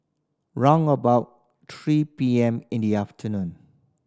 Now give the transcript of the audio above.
round about three P M in the afternoon